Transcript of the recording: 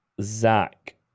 Zach